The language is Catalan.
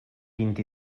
vint